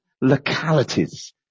localities